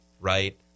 Right